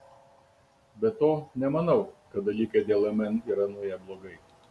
be to nemanau kad dalykai dėl mn yra nuėję blogai